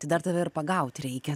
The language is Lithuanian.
tai dar tave ir pagaut reikia